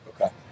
Okay